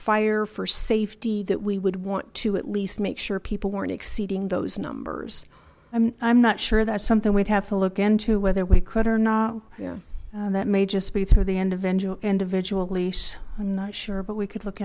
fire for safety that we would want to at least make sure people weren't exceeding those numbers i'm not sure that's something we'd have to look into whether we could or not yeah that may just be through the individual individual lease i'm not sure but we could look